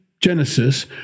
Genesis